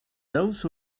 those